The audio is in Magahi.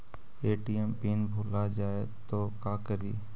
ए.टी.एम पिन भुला जाए तो का करी?